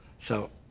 so,